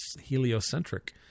heliocentric